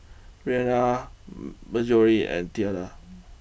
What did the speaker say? Reanna Mallorie and Theda